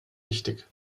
wichtig